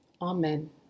Amen